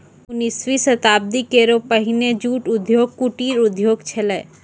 उन्नीसवीं शताब्दी केरो पहिने जूट उद्योग कुटीर उद्योग छेलय